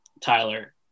Tyler